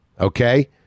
Okay